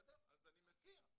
אז אני מסיע,